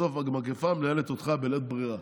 בסוף המגפה מנהלת אותך בלית ברירה.